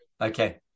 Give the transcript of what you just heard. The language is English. Okay